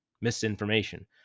misinformation